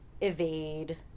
evade